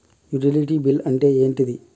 Utility bill అంటే ఏంటిది?